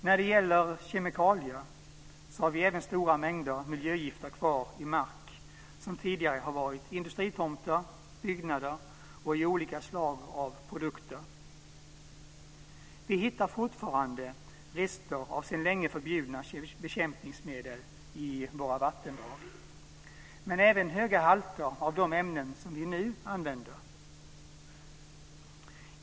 När det gäller kemikalier har vi även stora mängder miljögifter kvar i mark som tidigare har varit industritomter, i byggnader och i olika slag av produkter. Vi hittar fortfarande rester av sedan länge förbjudna bekämpningsmedel i våra vattendrag, men även höga halter av de ämnen vi nu använder.